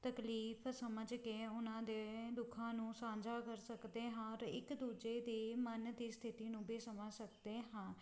ਤਕਲੀਫ ਸਮਝ ਕੇ ਉਹਨਾਂ ਦੇ ਦੁੱਖਾਂ ਨੂੰ ਸਾਂਝਾ ਕਰ ਸਕਦੇ ਹਾਂ ਔਰ ਇੱਕ ਦੂਜੇ ਦੇ ਮਨ ਅਤੇ ਸਥਿਤੀ ਨੂੰ ਵੀ ਸਮਝ ਸਕਦੇ ਹਾਂ